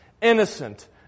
innocent